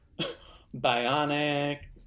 Bionic